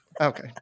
Okay